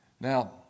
Now